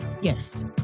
Yes